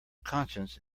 conscience